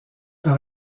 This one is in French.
par